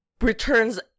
returns